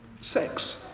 sex